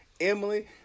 Emily